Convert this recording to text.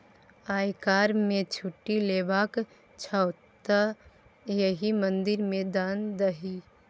आयकर मे छूट लेबाक छौ तँ एहि मंदिर मे दान दही